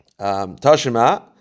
Tashima